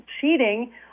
cheating